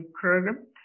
program